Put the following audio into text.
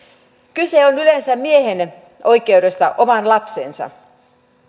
kyse on yleensä miehen oikeudesta omaan lapseensa